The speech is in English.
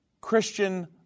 Christian